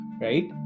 right